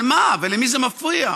ולמי זה מפריע?